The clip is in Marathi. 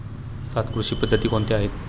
सात कृषी पद्धती कोणत्या आहेत?